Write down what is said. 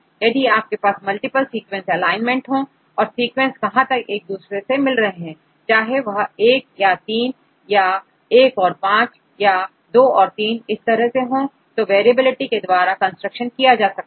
यदि आपके पास मल्टीपल सीक्वेंस एलाइनमेंट हो और सीक्वेंस कहां तक एक दूसरे से मिल रहे हैं चाहे वह एक या तीन या 1 और 5 या 2 और 3 इस तरह से हो तो वेरीएबिलिटीज के द्वारा कंस्ट्रक्शन किया जा सकता है